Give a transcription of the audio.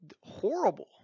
horrible